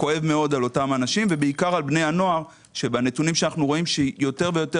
כואב על אותם בני נוער שבנתונים שאנחנו רואים משתמשים יותר וגם יותר